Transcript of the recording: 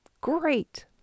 Great